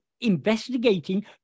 investigating